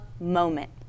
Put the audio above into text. moment